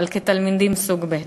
אבל כתלמידים סוג ב'.